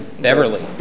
Beverly